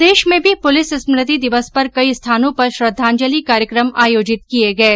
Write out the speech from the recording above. प्रदेश में भी पुलिस स्मृति दिवस पर कई स्थानों पर श्रद्वांजलि कार्यक्रम आयोजित किये गये